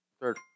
Third